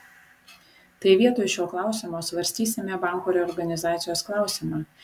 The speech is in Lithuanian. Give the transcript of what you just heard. tai vietoj šio klausimo svarstysime banko reorganizacijos klausimą